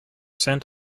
sent